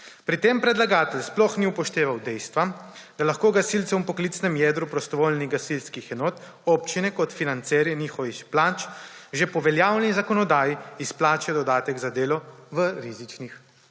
Pri tem predlagatelj sploh ni upošteval dejstva, da lahko gasilcem v poklicnem jedru prostovoljnih gasilskih enot občine kot financerji njihovih plač že po veljavni zakonodaji izplačajo dodatek za delo v rizičnih